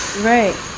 Right